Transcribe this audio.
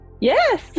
Yes